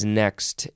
next